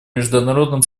международным